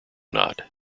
not